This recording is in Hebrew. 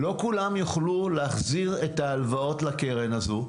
לא כולם יוכלו להחזיר את ההלוואות לקרן הזאת,